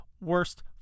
worst